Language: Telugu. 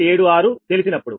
76 తెలిసినప్పుడు